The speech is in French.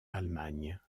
allemagne